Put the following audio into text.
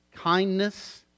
kindness